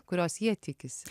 kurios jie tikisi